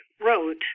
wrote